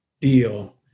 deal